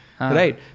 Right